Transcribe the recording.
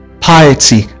piety